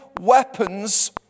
weapons